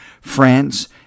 France